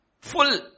Full